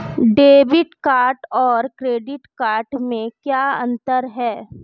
Debit card और credit card में क्या अंतर है?